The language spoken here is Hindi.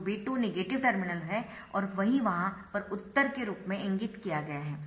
तो B2 नेगेटिव टर्मिनल है और वही वहाँ पर उत्तर में इंगित किया गया है